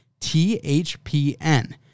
THPN